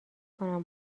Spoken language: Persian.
کنم